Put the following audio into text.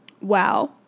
Wow